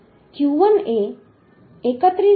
q1 એ 31